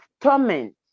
torment